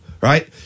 Right